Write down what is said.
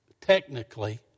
Technically